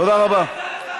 תודה רבה.